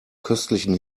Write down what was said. köstlichen